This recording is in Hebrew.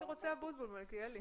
ציבורי כללי